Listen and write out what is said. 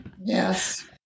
Yes